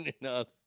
enough